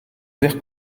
vert